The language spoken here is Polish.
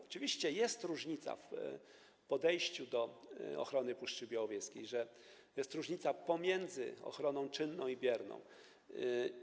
Oczywiście jest różnica w podejściu do ochrony Puszczy Białowieskiej, jest różnica pomiędzy ochroną czynną i bierną.